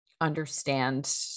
understand